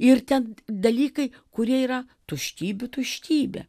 ir ten dalykai kurie yra tuštybių tuštybė